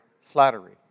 flattery